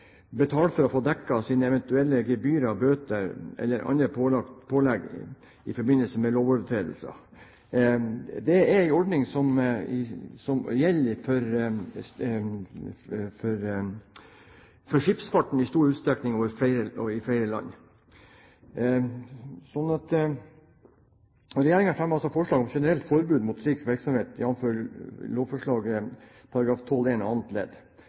for å få dekket sine eventuelle gebyrer, bøter eller annet som er pålagt i forbindelse med lovovertredelser – ordninger som i stor utstrekning gjelder for skipsfarten i flere land. Regjeringen fremmer altså forslag om et generelt forbud mot slik virksomhet, jf. lovforslagets § 12-1 annet ledd. Fremskrittspartiet støtter ikke et slikt generelt forbud, da dagens ordninger etter disse medlemmers oppfatning fungerer, og